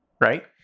Right